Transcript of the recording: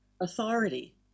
authority